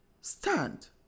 Stand